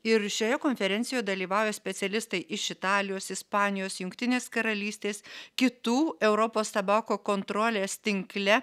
ir šioje konferencijoj dalyvauja specialistai iš italijos ispanijos jungtinės karalystės kitų europos tabako kontrolės tinkle